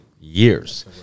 years